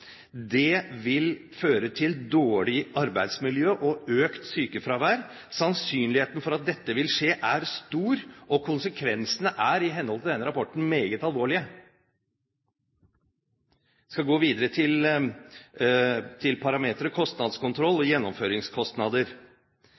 Det vil føre til dårlig arbeidsmiljø og økt sykefravær. Sannsynligheten for at dette vil skje, er stor, og konsekvensene er i henhold til denne rapporten meget alvorlige. Jeg skal gå videre til parameteren kostnadskontroll og